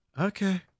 okay